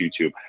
YouTube